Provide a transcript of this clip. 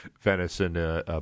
Venison